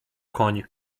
koń